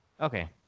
Okay